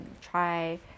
try